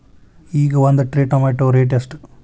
ಈಗ ಒಂದ್ tray tomato rate ಎಷ್ಟ?